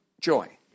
joy